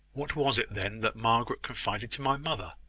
what was it then that margaret confided to my mother?